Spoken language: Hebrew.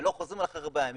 ולא חוזרים אליך ארבעה ימים,